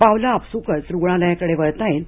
पावलं आपसूकच रुग्णालयाकडे वळताहेत